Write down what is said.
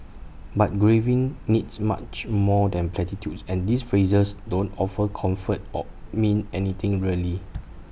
but grieving needs much more than platitudes and these phrases don't offer comfort or mean anything really